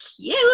cute